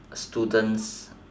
students